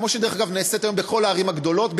כמו שדרך אגב נעשה היום בכל הערים הגדולות,